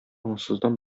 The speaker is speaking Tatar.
аңсыздан